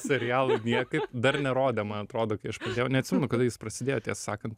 serialo niekaip dar nerodė man atrodo kai aš jau neatsimenu kada jis prasidėjo tiesą sakant